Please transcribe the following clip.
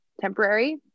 temporary